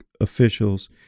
officials